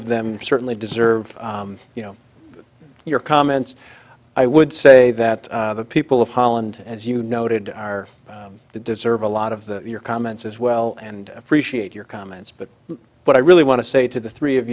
of them certainly deserve you know your comments i would say that the people of holland as you noted are the deserve a lot of the your comments as well and appreciate your comments but what i really want to say to the three of